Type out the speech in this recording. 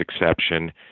exception